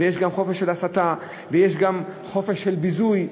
ויש גם חופש של הסתה ויש גם חופש של ביזוי.